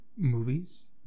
Movies